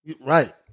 Right